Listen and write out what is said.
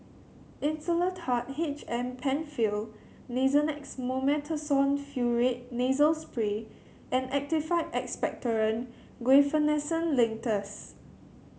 Insulatard H M Penfill Nasonex Mometasone Furoate Nasal Spray and Actified Expectorant Guaiphenesin Linctus